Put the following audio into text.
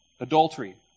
adultery